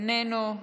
איננו,